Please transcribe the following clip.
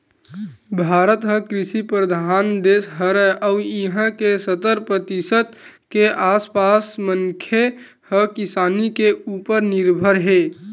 भारत ह कृषि परधान देस हरय अउ इहां के सत्तर परतिसत के आसपास मनखे ह किसानी के उप्पर निरभर हे